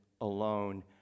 alone